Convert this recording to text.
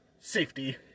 Safety